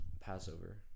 Passover